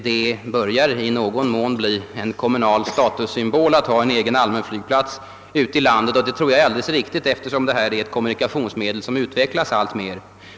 Det börjar i någon mån bli en kommunal statussymbol ute i landet att ha en egen allmänflygplats, och det tror jag är värdefullt och riktigt, eftersom det gäller ett kommunikationsmedel som utvecklas alltmer.